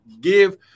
Give